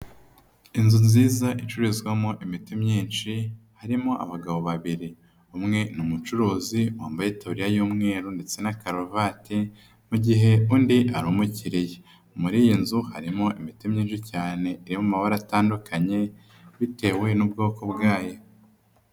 Inzu nziza icururizwamo imiti myinshi harimo abagabo babiri umwe ni umucuruzi wambaye itabutiya y'umweru ndetse n'akaruvati mu gihe undi arumukiriye, muri iyi nzu harimo imiti myinshi cyane yo mu mabara atandukanye bitewe n'ubwoko bwayo.